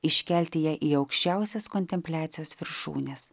iškelti ją į aukščiausias kontempliacijos viršūnes